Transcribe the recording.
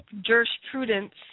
jurisprudence